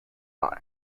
oil